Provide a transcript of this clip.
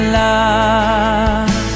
love